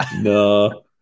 no